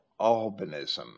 albinism